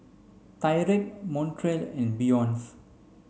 Tyrek Montrell and Beyonce